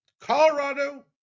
Colorado